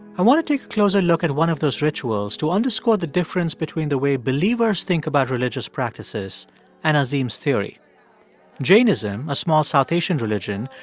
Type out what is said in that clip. i want to take a closer look at one of those rituals to underscore the difference between the way believers think about religious practices and azim's theory jainism, a small south asian religion,